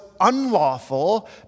unlawful